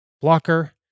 blocker